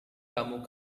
kamu